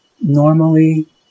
normally